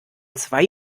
zwei